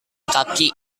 kaki